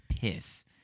piss